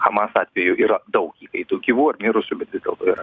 hamas atveju yra daug įkaitų gyvų ar mirusių bet vis dėlto yra